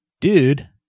Dude